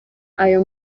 ayo